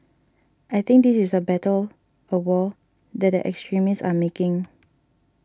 I think this is a battle a war that the extremists are making